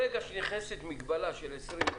ברגע שנכנסת מגבלה של 20 נוסעים,